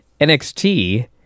NXT